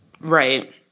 Right